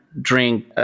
drink